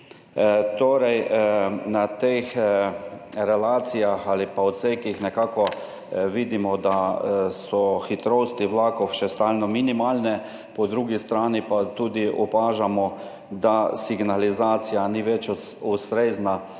Torej, na teh relacijah ali pa odsekih nekako vidimo, da so hitrosti vlakov še stalno minimalne, po drugi strani pa tudi opažamo, da signalizacija ni več ustrezna,